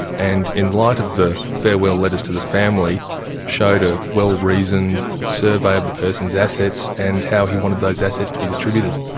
and in light of the farewell letters to the family showed a well reasoned survey of the person's assets and how he wanted those assets to be distributed.